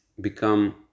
become